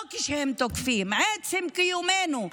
לא כשהם תוקפים, עצם קיומנו.